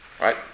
right